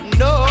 no